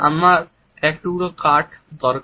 আমার এক টুকরো কাঠ দরকার